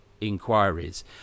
inquiries